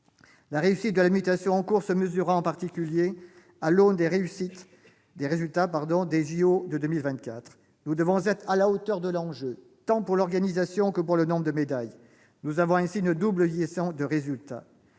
La réussite de la mutation en cours se mesurera en particulier à l'aune des résultats des jeux Olympiques et Paralympiques de 2024. Nous devons être à la hauteur de l'enjeu tant pour l'organisation que pour le nombre de médailles. Nous avons une double obligation de résultat.